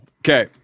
okay